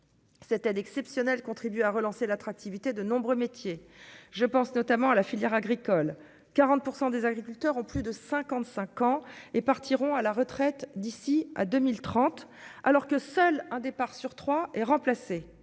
Cette aide exceptionnelle contribue à relancer l'attractivité de nombreux métiers, je pense notamment à la filière agricole 40 % des agriculteurs ont plus de 55 ans et partiront à la retraite d'ici à 2030 alors que seul un départ sur 3 et remplacer